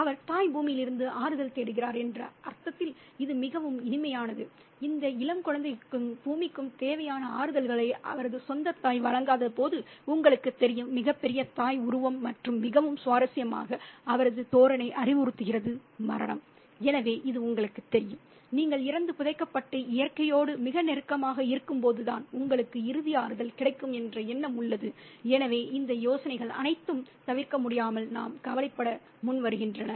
அவர் தாய் பூமியிலிருந்து ஆறுதல் தேடுகிறார் என்ற அர்த்தத்தில் இது மிகவும் இனிமையானது இந்த இளம் குழந்தைக்கும் பூமிக்கும் தேவையான ஆறுதல்களை அவரது சொந்த தாய் வழங்காதபோது உங்களுக்குத் தெரியும் மிகப்பெரிய தாய் உருவம் மற்றும் மிகவும் சுவாரஸ்யமாக அவரது தோரணை அறிவுறுத்துகிறது மரணம் எனவே இது உங்களுக்குத் தெரியும் நீங்கள் இறந்து புதைக்கப்பட்டு இயற்கையோடு மிக நெருக்கமாக இருக்கும்போதுதான் உங்களுக்கு இறுதி ஆறுதல் கிடைக்கும் என்ற எண்ணம் உள்ளது எனவே இந்த யோசனைகள் அனைத்தும் தவிர்க்க முடியாமல் நாம் கவலைப்பட முன்வருகின்றன